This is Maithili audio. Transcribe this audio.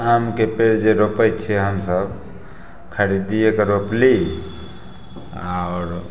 आमके पेड़ जे रोपै छिए हमसभ खरीदिएकऽ रोपली आओर